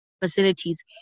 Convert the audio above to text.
facilities